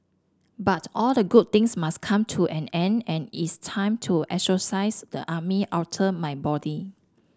but all the good things must come to an end and it's time to exorcise the army outta my body